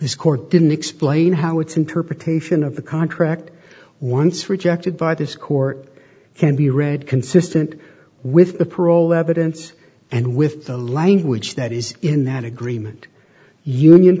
explain how its interpretation of the contract once rejected by this court can be read consistent with the parole evidence and with the language that is in that agreement union